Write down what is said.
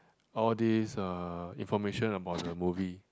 all these uh information about the movie